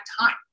time